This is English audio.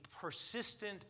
persistent